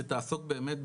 שתעסוק באמת,